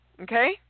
Okay